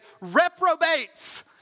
reprobates